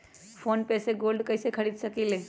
Phone पे से gold कईसे खरीद सकीले?